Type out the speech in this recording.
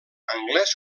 anglès